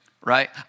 right